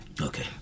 okay